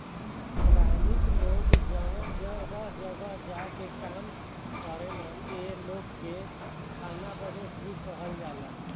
श्रमिक लोग जवन जगह जगह जा के काम करेलन ए लोग के खानाबदोस भी कहल जाला